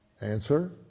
Answer